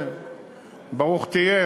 ברוך תהיה,